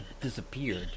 disappeared